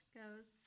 goes